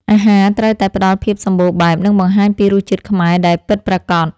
អាហារត្រូវតែផ្ដល់ភាពសម្បូរបែប និងបង្ហាញពីរសជាតិខ្មែរដែលពិតប្រាកដ។